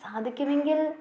സാധിക്കുമെങ്കിൽ